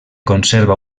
conserva